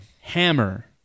Hammer